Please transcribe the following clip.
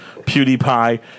PewDiePie